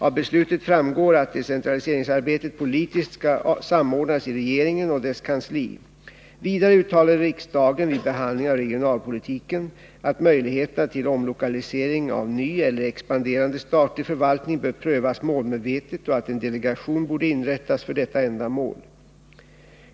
Av beslutet framgår att decentraliseringsarbetet politiskt skall samordnas i regeringen och dess kansli. Vidare uttalade riksdagen vid behandlingen av regionalpolitiken att möjligheterna till omlokalisering av ny eller expanderande statlig förvaltning bör prövas målmedvetet och att en delegation borde inrättas för detta ändamål.